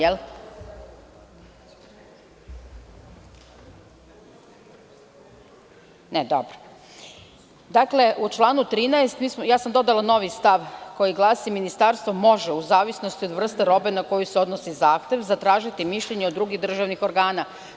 Da li je tako? (Ne.) Dakle, u članu 13. dodala sam novi stav koji glasi – „Ministarstvo može, u zavisnosti od vrste robe na koju se odnosi zahtev, zatražiti mišljenje od drugih državnih organa“